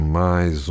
mais